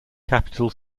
capital